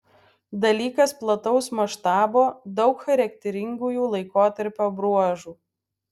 dalykas plataus maštabo daug charakteringųjų laikotarpio bruožų